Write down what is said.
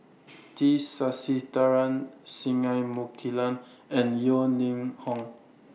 T Sasitharan Singai Mukilan and Yeo Ning Hong